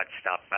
stop